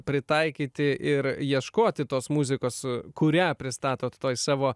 pritaikyti ir ieškoti tos muzikos kurią pristatot toje savo